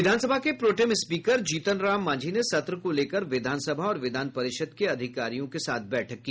विधानसभा के pro tem speaker Jitan Ram Manjhi ने सत्र को लेकर विधानसभा और विधान परिषद के अधिकारियों के साथ बैठक की